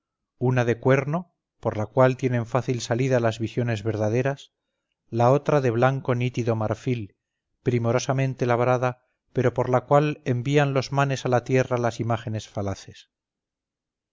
una de cuerno por la cual tienen fácil salida las visiones verdaderas la otra de blanco nítido marfil primorosamente labrada pero por la cual envían los manes a la tierra las imágenes falaces